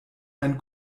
ein